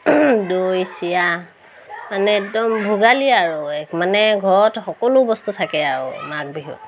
দৈ চিৰা মানে একদম ভোগালী আৰু মানে ঘৰত সকলো বস্তু থাকে আৰু মাঘ বিহুত